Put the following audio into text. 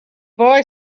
boy